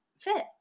fit